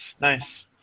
nice